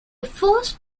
force